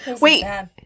wait